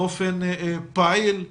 באופן פעיל,